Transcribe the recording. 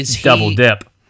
double-dip